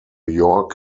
york